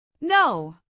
No